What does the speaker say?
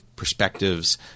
perspectives